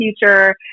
future